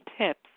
tips